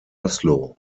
oslo